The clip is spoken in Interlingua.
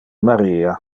maria